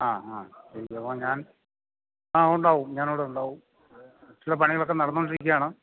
ആ ആ ഞാൻ ആ ഉണ്ടാകും ഞാനിവിടെയുണ്ടാകും മറ്റുള്ള പണികളൊക്കെ നടന്നുകൊണ്ടിരിക്കുകയാണ്